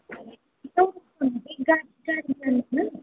चौरास्तामा चाहिँ गाडी गाडी जाँदैन